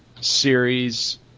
series